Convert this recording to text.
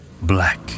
black